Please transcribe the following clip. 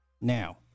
Now